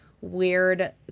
weird